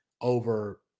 over